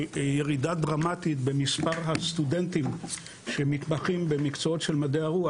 ירידה דרמטית במספר הסטודנטים שמתמחים במקצועות של מדעי הרוח